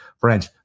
French